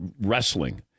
wrestling